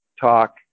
talk